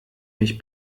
mich